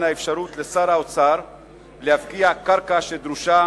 האפשרות לשר האוצר להפקיע קרקע שדרושה